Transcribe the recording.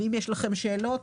אם יש לכם שאלות,